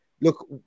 look